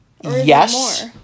Yes